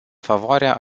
favoarea